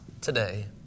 today